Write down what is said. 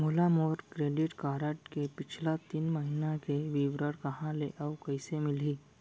मोला मोर credit card के पिछला तीन महीना के विवरण कहाँ ले अऊ कइसे मिलही?